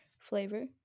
flavor